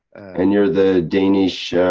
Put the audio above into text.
and you're the danish. yeah